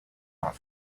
not